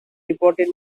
reported